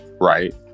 right